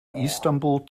istanbul